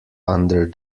under